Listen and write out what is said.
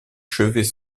chevet